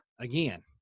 again